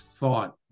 thought